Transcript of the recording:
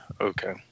Okay